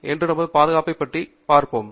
எனவே நாம் பாதுகாப்பாக அதை கையாளுகிறோம்